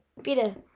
better